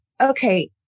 Okay